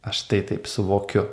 aš tai taip suvokiu